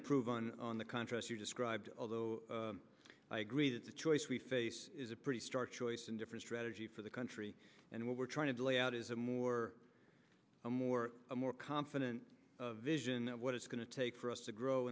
improve on on the contrasts you described although i agree that the choice we face is a pretty stark choice in different strategy for the country and what we're trying to lay out is a more and more i'm more confident of vision of what it's going to take for us to grow